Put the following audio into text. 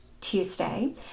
Tuesday